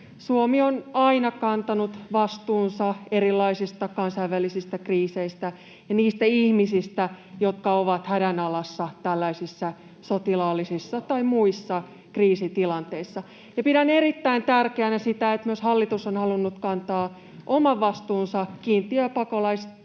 Suomi on aina kantanut vastuunsa erilaisista kansainvälisistä kriiseistä ja niistä ihmisistä, jotka ovat hädän alla tällaisissa sotilaallisissa tai muissa kriisitilanteissa. Pidän erittäin tärkeänä sitä, että myös hallitus on halunnut kantaa oman vastuunsa nostamalla kiintiöpakolaisten